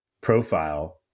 profile